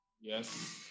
Yes